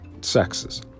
sexes